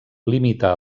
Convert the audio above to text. limita